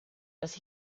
dass